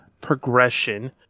progression